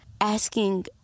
asking